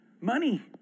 money